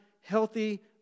healthy